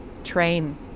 train